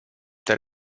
that